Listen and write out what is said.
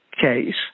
case